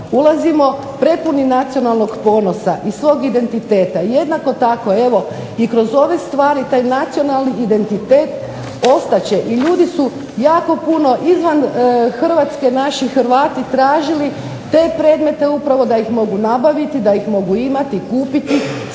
ulazimo prepuni nacionalnog ponosa i svog identiteta. Jednako tako evo i kroz ove stvari taj nacionalni identitet ostat će i ljudi su jako puno izvan Hrvatske naši Hrvati tražili te predmete upravo da ih mogu nabaviti, da ih mogu imati, kupiti,